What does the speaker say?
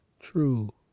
true